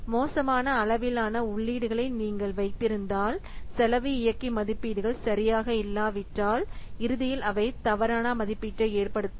மோசமான அளவிலான உள்ளீடுகளை நீங்கள் வைத்திருந்தால் செலவு இயக்கி மதிப்பீடுகள் சரியாக இல்லாவிட்டால் இறுதியில் அவை தவறான மதிப்பீட்டை ஏற்படுத்தும்